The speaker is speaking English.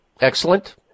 Excellent